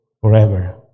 forever